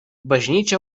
bažnyčia